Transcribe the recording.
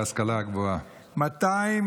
להשכלה הגבוהה,